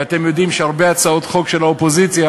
ואתם יודעים שהרבה הצעות חוק של האופוזיציה